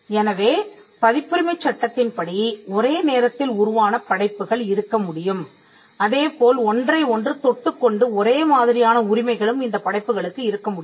எனவே பதிப்புரிமைச் சட்டத்தின்படி ஒரே நேரத்தில் உருவான படைப்புகள் இருக்க முடியும் அதேபோல் ஒன்றை ஒன்று தொட்டுக்கொண்டு ஒரேமாதிரியான உரிமைகளும் இந்த படைப்புகளுக்கு இருக்க முடியும்